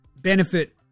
benefit